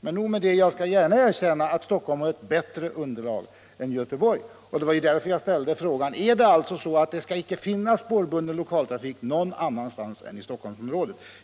Men nog med det — jag skall gärna erkänna att Stockholm har ett bättre underlag än Göteborg. Det var ju därför jag ställde frågan: Är det alltså så att det inte skall finnas spårbunden lokaltrafik någon annanstans än i Stockholmsområdet?